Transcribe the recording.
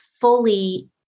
fully